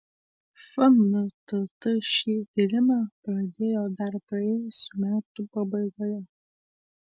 fntt šį tyrimą pradėjo dar praėjusių metų pabaigoje